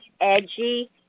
edgy